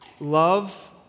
Love